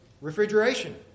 refrigeration